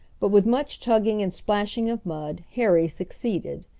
but with much tugging and splashing of mud harry succeeded.